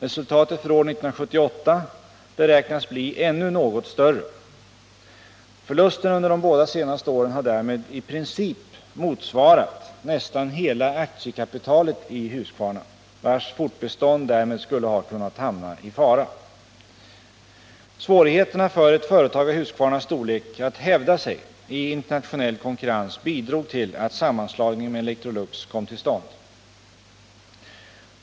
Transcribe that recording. Resultatet för år 1978 beräknas bli ännu något sämre. Förlusterna under de båda senaste åren har därmed i princip motsvarat nästan hela aktiekapitalet i Husqvarna, vars fortbestånd därmed skulle ha kunnat hamnaii fara. Svårigheterna för ett företag av Husqvarnas storlek att hävda sig i internationell konkurrens bidrog till att sammanslagningen med Electrolux kom till stånd.